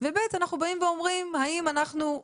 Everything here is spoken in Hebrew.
ואני אשמח אם תעביר את זה